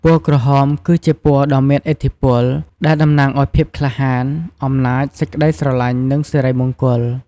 ពណ៌ក្រហម គឺជាពណ៌ដ៏មានឥទ្ធិពល ដែលតំណាងឱ្យ ភាពក្លាហាន អំណាច សេចក្ដីស្រឡាញ់ និង សិរីមង្គល។